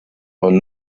und